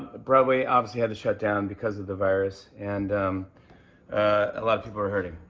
broadway obviously had to shut down because of the virus, and a lot of people are hurting.